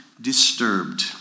disturbed